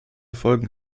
folgen